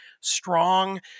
strong